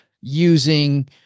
using